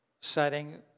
setting